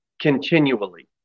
continually